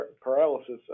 paralysis